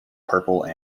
purple